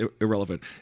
irrelevant